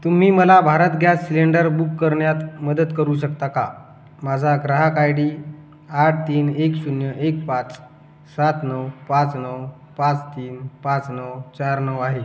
तुम्ही मला Bharat gas cylinder book करण्यात मदत करू शकता का माझा ग्राहक आय डी आठ तीन एक शून्य एक पाच सात नऊ पाच नऊ पाच तीन पाच नऊ चार नऊ आहे